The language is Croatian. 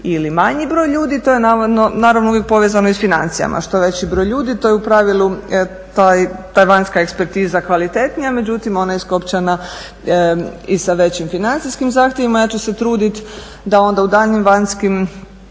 ili manji broj ljudi. To je naravno uvijek povezano i sa financijama. Što veći broj ljudi, to je u pravilu taj vanjska ekspertiza kvalitetnija. Međutim, onda je iskopčana i sa većim financijskim zahtjevima. Ja ću se truditi da onda u daljnjim vanjskim